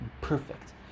perfect